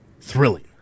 Thrilling